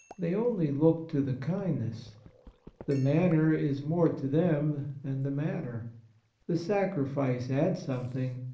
they only look to the kind ness the manner is more to them than the matter the sacrifice adds something,